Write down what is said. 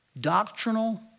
doctrinal